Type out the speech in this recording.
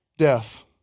death